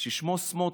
ששמו סמוטריץ'.